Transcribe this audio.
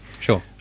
Sure